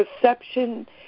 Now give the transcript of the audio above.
perception